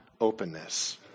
openness